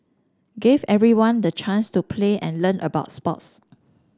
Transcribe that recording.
gave everyone the chance to play and learn about sports